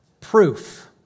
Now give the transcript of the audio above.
proof